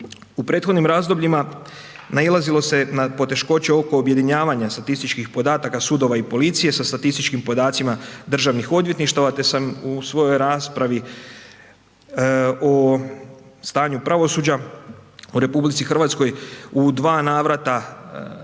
U prethodnim razdobljima nailazilo se na poteškoće oko objedinjavanja statističkih podataka sudova i policije sa statističkim podacima državnih odvjetništava te sam u svojoj raspravi o stanju pravosuđa u RH u dva navrata postavljao